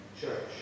church